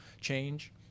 change